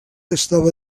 estava